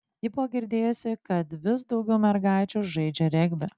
ji buvo girdėjusi kad vis daugiau mergaičių žaidžią regbį